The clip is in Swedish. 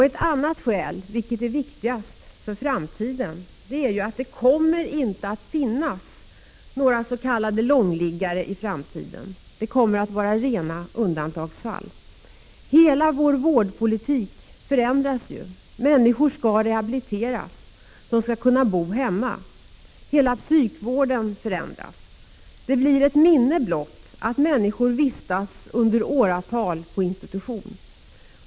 Ett annat skäl, vilket är viktigast, är att det i framtiden inte kommer att finnas några s.k. långliggare annat än i rena undantagsfall. Hela vår vårdpolitik förändras ju. Människor skall rehabiliteras, de skall kunna bo hemma. Hela psykvården förändras. Det blir ett minne blott att människor under åratal vistas på institution.